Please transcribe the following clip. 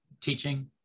teaching